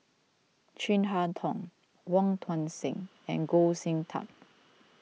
Chin Harn Tong Wong Tuang Seng and Goh Sin Tub